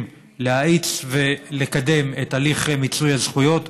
גם כדי להאיץ ולקדם את הליך מיצוי הזכויות,